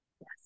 Yes